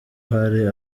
hari